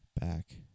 Back